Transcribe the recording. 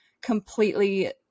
completely